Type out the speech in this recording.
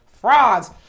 frauds